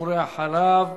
ואחריו,